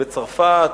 בצרפת,